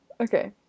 Okay